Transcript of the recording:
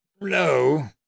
No